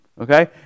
Okay